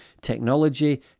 Technology